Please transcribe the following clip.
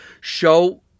show